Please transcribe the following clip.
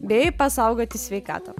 bei pasaugoti sveikatą